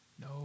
no